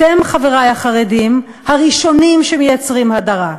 אתם, חברי החרדים, הראשונים שמייצרים הדרה.